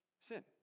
Sin